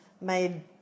made